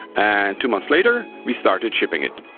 and two months later we started shipping it.